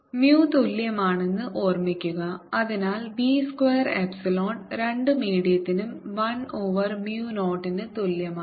mu തുല്യമാണെന്ന് ഓർമ്മിക്കുക അതിനാൽ v സ്ക്വയർ എപ്സിലോൺ രണ്ട് മീഡിയത്തിനും 1 ഓവർ mu 0 ന് തുല്യമാണ്